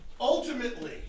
Ultimately